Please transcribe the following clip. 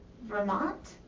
Vermont